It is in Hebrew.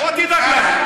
בוא תדאג לנו,